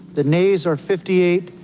the nays are fifty eight.